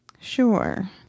Sure